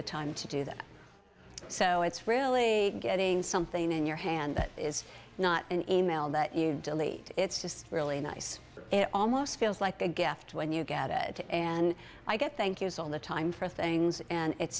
the time to do that so it's really getting something in your hand that is not an email that you delete it's just really nice it almost feels like a gift when you get it and i get thank yous all the time for things and it's